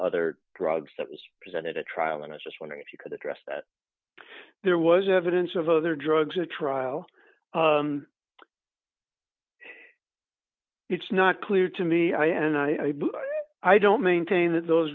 other drugs that was presented at trial and i just wonder if you could address that there was evidence of other drugs at trial it's not clear to me i and i i don't maintain that those